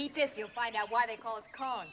eat this you'll find out why they call it call